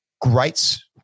greats